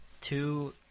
two